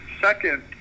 Second